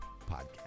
podcast